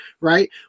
right